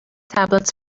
tablets